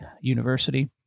University